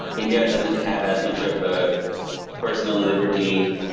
india doesn't have as much of a personal liberty,